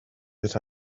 that